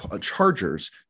chargers